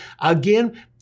again